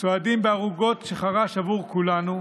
צועדים בערוגות שחרש עבור כולנו,